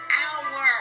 hour